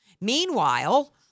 meanwhile